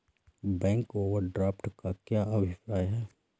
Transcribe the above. Bank overdraft का क्या अभिप्राय है?